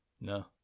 No